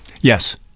yes